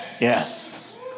Yes